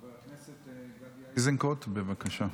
חבר הכנסת גדי איזנקוט, בבקשה.